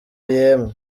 yemwe